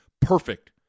perfect